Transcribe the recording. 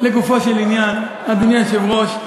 לגופו של עניין, אדוני היושב-ראש,